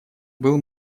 был